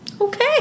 Okay